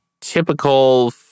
typical